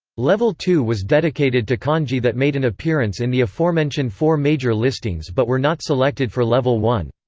level two was dedicated to kanji that made an appearance in the aforementioned four major listings but were not selected for level one.